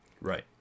Right